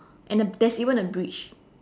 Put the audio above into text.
and a there's even a bridge